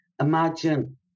imagine